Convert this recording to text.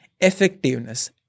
effectiveness